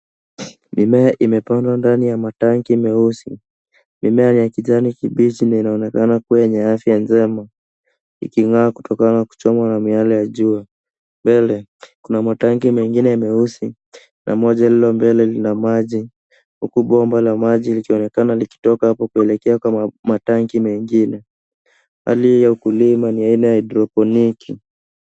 Mimea imepandwa ndani ya matangi meusi. Mimea ni ya kijani kibichi na inaonekana kuwa yenye afya njema. Ikang'aa kutokana na kuchomwa na miale ya njua. Mbele, kuna matangi mengine meusi na moja lililo mbele lina maji. Huku bomba la maji likionekana likitoka hapo kuelekea kwa matangi mengine. Hali hii ya ukulima ni aina ya hydrophonic .